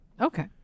Okay